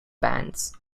bands